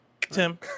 tim